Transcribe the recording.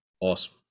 awesome